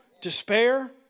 despair